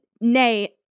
nay